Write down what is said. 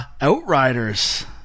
outriders